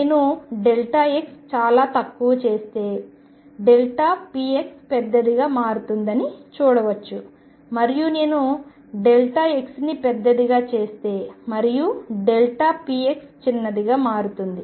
నేను x చాలా తక్కువ చేస్తే px పెద్దదిగా మారుతుంది అని చూడవచ్చు మరియు నేను xని పెద్దదిగా చేస్తే మరియు px చిన్నదిగా మారుతుంది